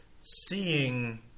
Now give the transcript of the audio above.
Seeing